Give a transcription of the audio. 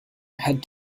had